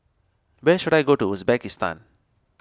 where should I go to Uzbekistan